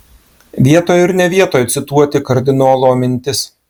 vietoj ir ne vietoj cituoti kardinolo mintis